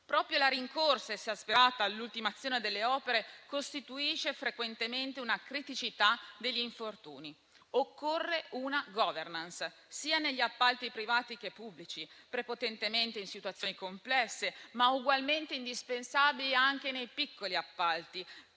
Proprio la rincorsa esasperata all'ultimazione delle opere costituisce frequentemente una criticità degli infortuni. Occorre una *governance* negli appalti sia privati che pubblici, prevalentemente in situazioni complesse, ma ugualmente indispensabile anche nei piccoli appalti